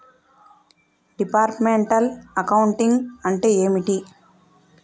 Departmental accounting అంటే ఏమిటి?